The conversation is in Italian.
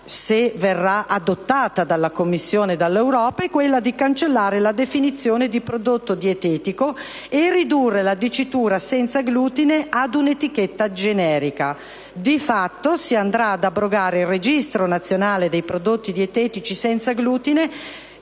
se verrà adottata dalla Commissione e dall'Europa, è di cancellare la definizione di «prodotto dietetico» e di ridurre la dicitura «senza glutine» ad un'etichetta generica. Di fatto si andrà ad abrogare il registro nazionale dei prodotti dietetici senza glutine